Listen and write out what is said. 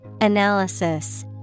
Analysis